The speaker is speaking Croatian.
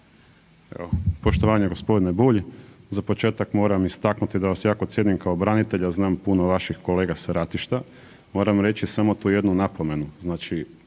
Poštovanje g. Bulj. Za početak moram istaknuti da vas jako cijenim kao branitelja znam puno vaših kolega sa ratišta. Moram reći samo tu jednu napomenu,